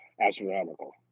astronomical